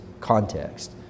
context